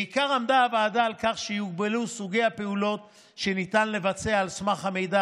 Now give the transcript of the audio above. בעיקר עמדה הוועדה על כך שיוגבלו סוגי הפעולות שניתן לבצע על סמך המידע